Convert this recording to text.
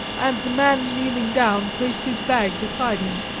and the man kneeling down placed his bag beside him.